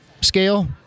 scale